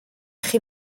chi